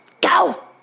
Go